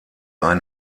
ein